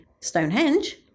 stonehenge